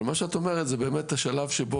אבל מה שאת אומרת זה באמת השלב שבו